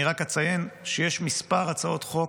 אני רק אציין שיש כמה הצעות חוק,